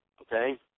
okay